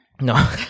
no